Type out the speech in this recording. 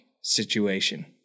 situation